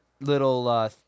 little